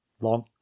long